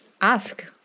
ask